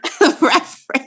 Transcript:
reference